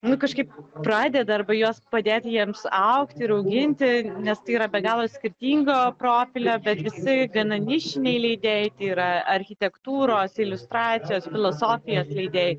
nu kažkaip pradeda arba juos padėti jiems augti ir auginti nes tai yra be galo skirtingo profilio bet visi gana nišiniai leidėjai yra architektūros iliustracijos filosofijos leidėjai